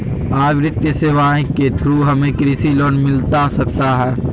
आ वित्तीय सेवाएं के थ्रू हमें कृषि लोन मिलता सकता है?